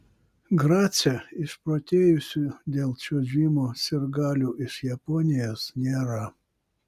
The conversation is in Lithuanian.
grace išprotėjusių dėl čiuožimo sirgalių iš japonijos nėra